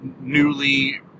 newly